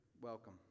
welcome